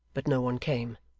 but no one came.